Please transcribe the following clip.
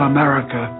America